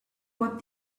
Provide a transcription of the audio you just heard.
what